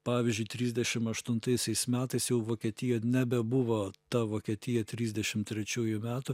pavyzdžiui trisdešim aštuntaisiais metais jau vokietija nebebuvo ta vokietija trisdešim trečiųjų metų